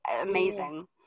amazing